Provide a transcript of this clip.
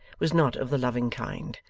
was not of the loving kind.